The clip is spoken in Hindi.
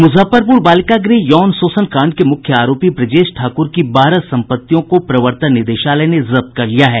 मुजफ्फरपूर बालिका गृह यौन शोषण कांड के मुख्य आरोपी ब्रजेश ठाकूर की बारह सम्पत्तियों को प्रवर्तन निदेशालय ने जब्त कर लिया है